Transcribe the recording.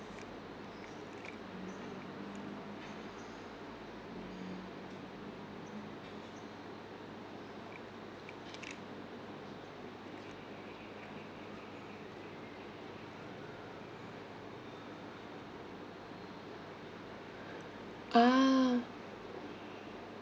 ah